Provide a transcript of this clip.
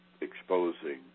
exposing